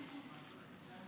בבקשה.